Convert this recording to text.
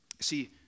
See